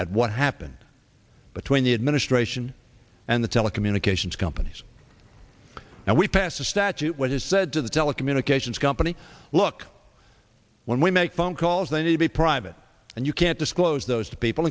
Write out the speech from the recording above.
at what happened between the administration and the telecommunications companies and we passed a statute which is said to the telecommunications company look when we make phone calls then to be private and you can't disclose those people